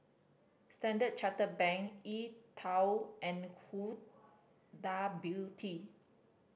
Standard Chartered Bank E Twow and Huda Beauty